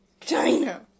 China